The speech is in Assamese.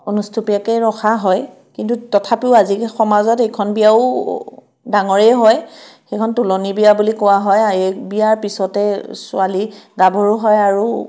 অনুষ্টুপীয়াকৈয়ে ৰখা হয় কিন্তু তথাপিও আজিকালি সমাজত সেইখন বিয়াও ডাঙৰেই হয় সেইখন তোলনি বিয়া বুলি কোৱা হয় আৰু এই বিয়াৰ পিছতেই ছোৱালী গাভৰু হয় আৰু